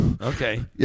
okay